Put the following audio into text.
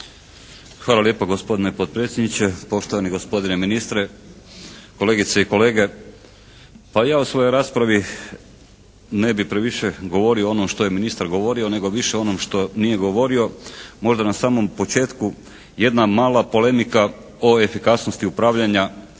Hvala lijepo gospodine potpredsjedniče. Poštovani gospodine ministre, kolegice i kolege. Pa ja u svojoj raspravi ne bih previše govorio o onome što je ministar govorio nego više o onom što nije govorio. Možda na samom početku jedna mala polemika o efikasnosti upravljanja